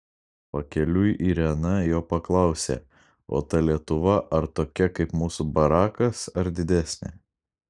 pakeliui irena jo paklausė o ta lietuva ar tokia kaip mūsų barakas ar didesnė